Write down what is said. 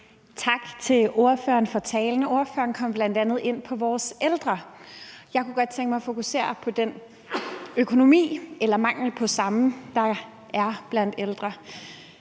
Tak til ordføreren for talen. Ordføreren kom bl.a ind på vores ældre. Jeg kunne godt tænke mig at fokusere på økonomien eller mangelen på samme, når det gælder